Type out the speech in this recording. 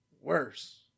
Worse